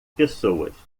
pessoas